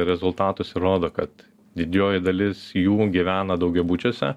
rezultatus ir rodo kad didžioji dalis jų gyvena daugiabučiuose